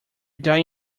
die